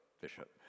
bishop